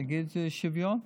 להגיד: שוויון,